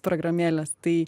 programėlės tai